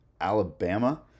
Alabama